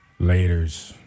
Laters